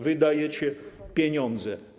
Wydajecie pieniądze.